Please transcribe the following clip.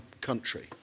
country